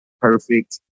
perfect